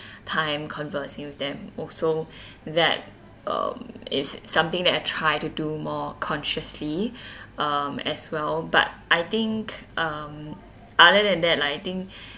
time conversing with them also that um is something that I try to do more consciously um as well but I think um other than that lah I think